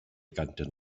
canten